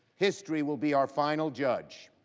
history will be our final judge.